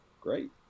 Great